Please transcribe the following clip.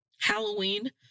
Halloween